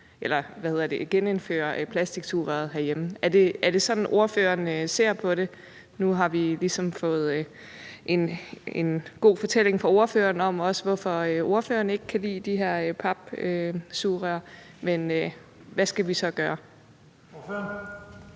ved at genindføre plastiksugerøret herhjemme. Er det sådan, ordføreren ser på det? Nu har vi ligesom fået en god fortælling fra ordføreren om, hvorfor ordføreren ikke kan lide de her papsugerør. Men hvad skal vi så gøre?